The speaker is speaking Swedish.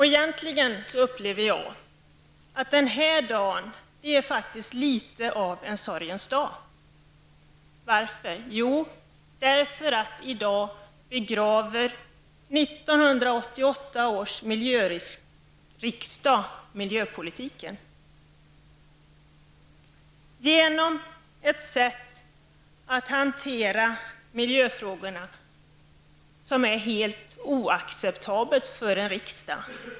Jag upplever egentligen den här dagen som litet av en sorgens dag. Varför? Jo, i dag begraver 1988 års miljöriksdag miljöpolitiken, och det gör man genom att hantera miljöfrågorna på ett sätt som är helt oacceptabelt för en riksdag.